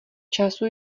času